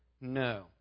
No